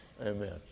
Amen